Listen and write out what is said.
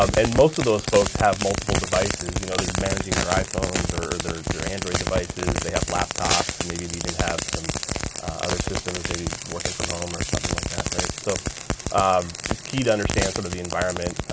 um and most of those folks have multiple devices. you know, they're managing their iphones or their android devices. they have laptops, maybe they even have some other systems. maybe working from home or something like that, right. so um it's key to understand, sort of, the environment.